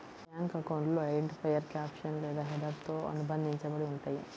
bank అకౌంట్లు identifier caption లేదా హెడర్తో అనుబంధించబడి ఉంటయ్యి